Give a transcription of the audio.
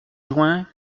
juin